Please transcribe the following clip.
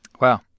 Wow